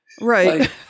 Right